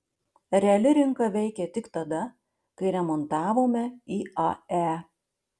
reali rinka veikė tik tada kai remontavome iae